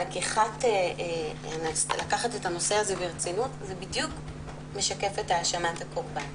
לקיחת הנושא הזה ברצינות משקף בדיוק את האשמת הקורבן.